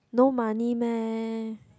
no money meh